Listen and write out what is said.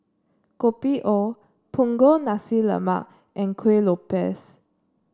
Kopi O Punggol Nasi Lemak and Kuih Lopes